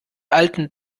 alten